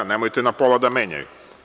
Nemojte na pola da menjaju.